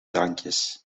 drankjes